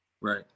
Right